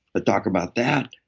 talk about that.